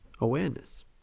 awareness